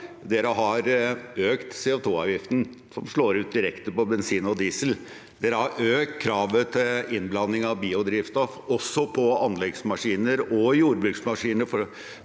De har økt CO2-avgiften, som slår ut direkte på bensin og diesel, og de har økt kravet til innblanding av biodrivstoff på anleggsmaskiner – og jordbruksmaskiner,